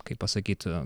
kaip pasakyt